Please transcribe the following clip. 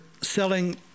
selling